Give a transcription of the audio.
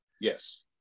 Yes